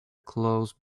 close